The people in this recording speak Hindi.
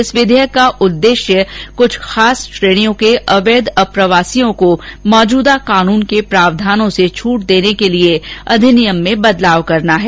इस विधेयक का उद्देश्य कुछ खास श्रेणियों के अवैध अप्रवासियों को मौजूदा कानून के प्रावधानों से छूट देने के लिए अधिनियम में बदलाव करना है